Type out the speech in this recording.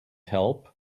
help